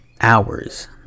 hours